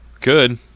Good